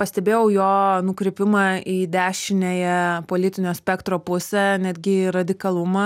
pastebėjau jo nukrypimą į dešiniąją politinio spektro pusę netgi į radikalumą